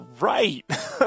Right